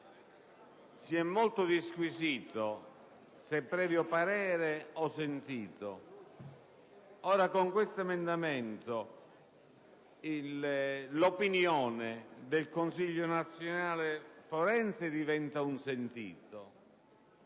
Si è molto disquisito sulle espressioni «previo parere» e «sentito». Ora, con questo emendamento, l'opinione del Consiglio nazionale forense diventa «sentita»,